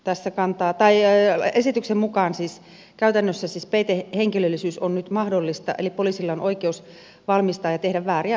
tässä kantaa tai ei ole esityksen mukaan peitehenkilöllisyys käytännössä on nyt mahdollinen eli poliisilla on oikeus valmistaa ja tehdä vääriä asiakirjoja ja rekisterimerkintöjä